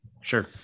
Sure